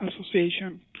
association